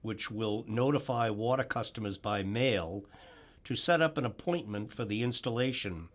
which will notify water customers by mail to set up an appointment for the installation